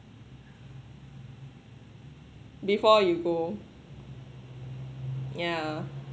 before you go yeah